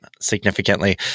significantly